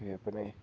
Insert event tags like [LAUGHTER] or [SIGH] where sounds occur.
[UNINTELLIGIBLE]